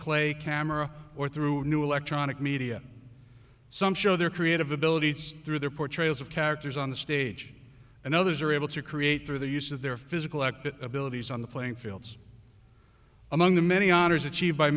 camera or through electronic media some show their creative ability through their portrayals of characters on the stage and others are able to create through the use of their physical act abilities on the playing fields among the many honors achieved by